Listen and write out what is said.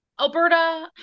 Alberta